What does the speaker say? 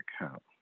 account